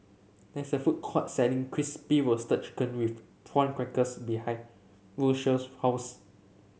there is a food court selling Crispy Roasted Chicken with Prawn Crackers behind Rocio's house